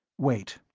wait,